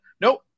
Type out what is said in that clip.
Nope